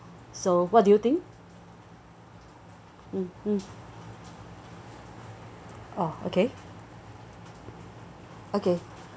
so what do you think mm mm oh okay okay